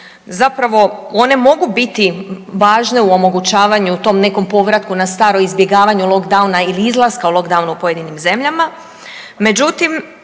zapravo one mogu biti važne u omogućavanju tom nekom povratku na staro izbjegavanje lockdowna ili izlaska lockdowna u pojedinim zemljama.